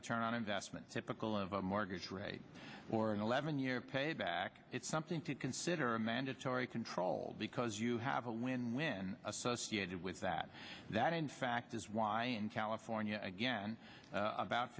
return on investment typical of a mortgage rate or an eleven year payback it's something to consider mandatory control because you have a win win associated with that that in fact is why in california again about